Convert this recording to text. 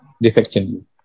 defection